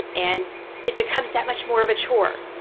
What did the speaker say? and it becomes that much more of a chore.